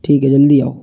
ठीक है जल्दी आओ